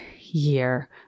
year